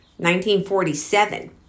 1947